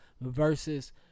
versus